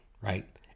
right